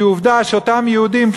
כי עובדה שאותם יהודים,